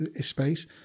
space